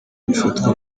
bifatwa